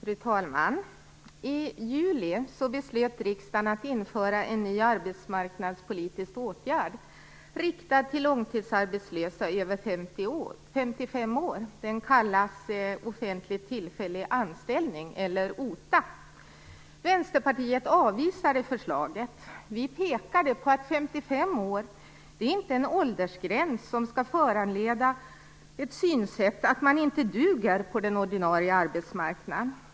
Fru talman! I juli beslutade riksdagen att införa en ny arbetsmarknadspolitisk åtgärd riktad till långtidsarbetslösa över 55 år. Den kallas offentlig tillfällig anställning eller OTA. Vänsterpartiet avvisade förslaget. Vi pekade på att 55 år inte är en åldergräns som skall föranleda synsättet att man inte duger på den ordinarie arbetsmarknaden.